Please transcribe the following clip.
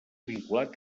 vinculat